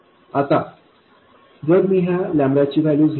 आता जर मी ह्या ची व्हॅल्यू 0